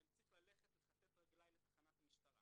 אני צריך לכתת רגליי אל תחנת המשטרה